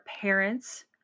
parents